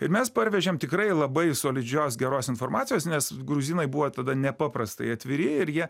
ir mes parvežėm tikrai labai solidžios geros informacijos nes gruzinai buvo tada nepaprastai atviri ir jie